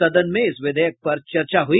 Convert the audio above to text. सदन में इस विधेयक पर चर्चा हुई